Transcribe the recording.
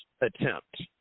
attempt